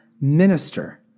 minister